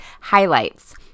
highlights